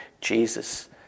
Jesus